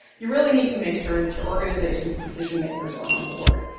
you really need to make sure that your organization's decision-makers are on board,